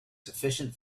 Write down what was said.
sufficient